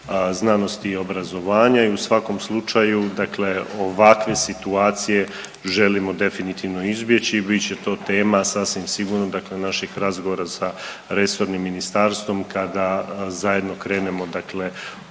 znanosti i obrazovanja i u svakom slučaju dakle ovakve situacije želimo definitivno izbjeći i bit će to tema sasvim sigurno dakle naših razgovora sa resornim ministarstvom kada zajedno krenemo dakle i